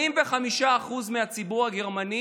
85% מהציבור הגרמני